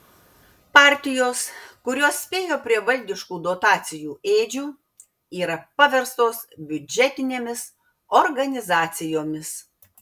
partijos kurios spėjo prie valdiškų dotacijų ėdžių yra paverstos biudžetinėmis organizacijomis